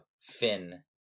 Finn